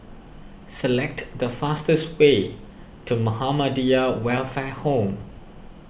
select the fastest way to Muhammadiyah Welfare Home